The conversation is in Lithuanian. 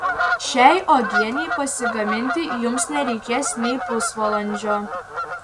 šiai uogienei pasigaminti jums nereikės nei pusvalandžio